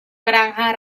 granja